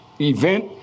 event